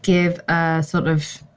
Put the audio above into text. give, ah sort of.